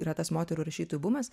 yra tas moterų rašytojų bumas